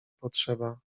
potrzeba